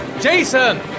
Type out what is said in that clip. Jason